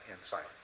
insight